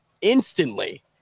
instantly